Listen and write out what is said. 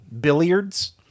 billiards